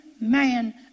man